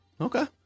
Okay